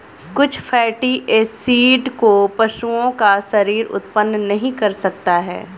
कुछ fatty acid को पशुओं का शरीर उत्पन्न नहीं कर सकता है